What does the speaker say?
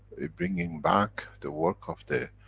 we're bringing back the work of the.